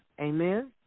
Amen